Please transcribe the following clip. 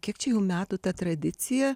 kiek čia jau metų ta tradicija